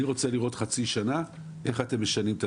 אני רוצה לראות חצי שנה איך אתם משנים.